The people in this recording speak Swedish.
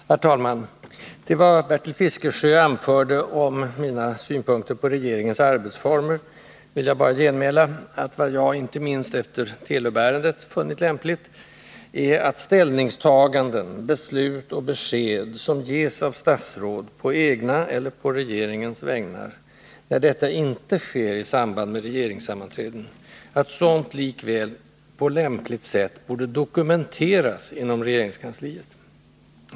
Granskningsarbe Herr talman! Till det som Bertil Fiskesjö anförde om mina synpunkter på = tets omfattning regeringens arbetsformer vill jag bara genmäla att vad jag — inte minst efter och inriktning, Telub-ärendet — funnit önskvärt är att ställningstaganden, beslut och besked m.m. som ges av statsråd på egna eller på regeringens vägnar, när detta inte sker i samband med regeringssammanträden, likväl på lämpligt sätt borde dokumenteras inom regeringskansliet.